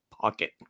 pocket